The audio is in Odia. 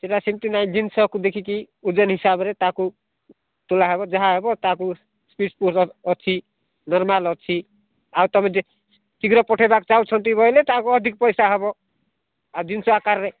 ସେଇଟା ସେମିତି ନାହିଁ ଜିନିଷକୁ ଦେଖିକି ଓଜନ ହିସାବରେ ତାହାକୁ ତୁଲା ହେବ ଯାହା ହେବ ତାହାକୁ ସ୍ପିଡ଼୍ ପୋଷ୍ଟ୍ ଅଛି ନର୍ମାଲ୍ ଅଛି ଆଉ ତମେ ଯେତେ ଶୀଘ୍ର ପଠାଇବାକୁ ଚାହୁଁଛନ୍ତି ବୋଇଲେ ତାକୁ ଅଧିକ ପଇସା ହେବ ଆଉ ଜିନିଷ ଆକାରରେ